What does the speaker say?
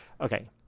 Okay